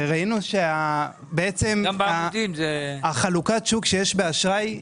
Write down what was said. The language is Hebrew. ראינו שאת חלוקת השוק שיש באשראי,